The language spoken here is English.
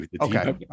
Okay